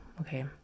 okay